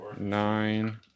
nine